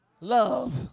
love